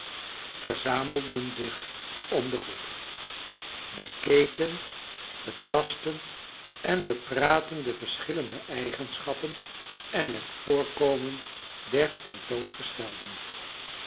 verzamelden zich om de groep bekeken betastten en bepraatten de verschillende eigenschappen en het voorkomen der